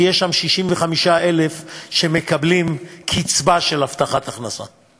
כי יש שם 65,000 שמקבלים קצבת הבטחת הכנסה,